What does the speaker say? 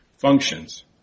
functions